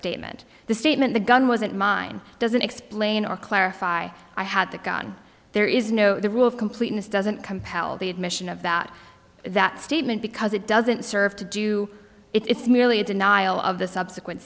statement the statement the gun wasn't mine doesn't explain or clarify i had the gun there is no the rule of completeness doesn't compel the admission of that that statement because it doesn't serve to do it it's merely a denial of the subsequent